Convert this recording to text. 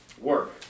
work